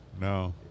No